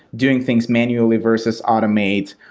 doing things manually versus automate,